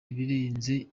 ibirenze